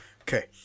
Okay